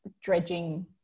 dredging